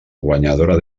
guanyadora